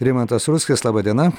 rimantas rudzkis laba diena